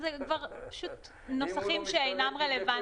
--- זה פשוט נוסחים שאינם רלוונטיים.